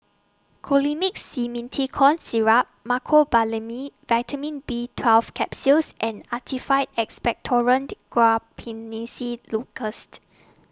Colimix Simethicone Syrup Mecobalamin Vitamin B twelve Capsules and Actified Expectorant Guaiphenesin